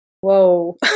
whoa